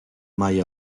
mai